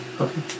Okay